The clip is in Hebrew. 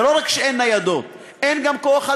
זה לא רק שאין ניידות, אין גם כוח-אדם.